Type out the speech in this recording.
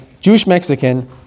Jewish-Mexican